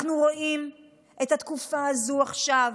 אנחנו רואים את התקופה הזו עכשיו,